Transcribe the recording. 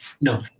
no